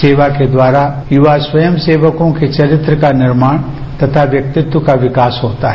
सेवा के द्वारा युवा स्वयं सेवकों के चरित्र का निर्माण तथा व्यक्तित्व का विकास होता है